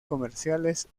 comerciales